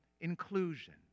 inclusion